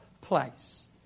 place